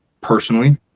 personally